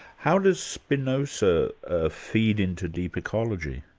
how does spinoza ah feed into deep ecology?